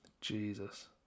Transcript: Jesus